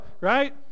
right